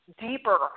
deeper